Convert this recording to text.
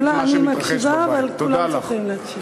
אני מקשיבה אבל כולם צריכים להקשיב.